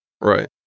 right